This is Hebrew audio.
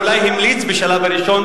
אולי לא פסק, אולי המליץ בשלב הראשון.